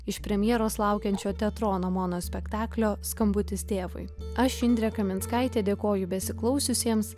iš premjeros laukiančio teatrono monospektaklio skambutis tėvui aš indrė kaminskaitė dėkoju besiklausiusiems